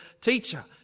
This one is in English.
teacher